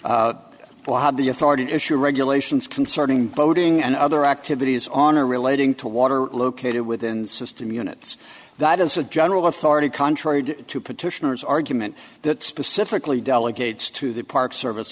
have the authority to issue regulations concerning boating and other activities on or relating to water located within system units that is a general authority contrary to petitioners argument that specifically delegates to the park service